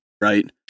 right